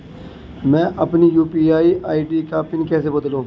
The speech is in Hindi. मैं अपनी यू.पी.आई आई.डी का पिन कैसे बदलूं?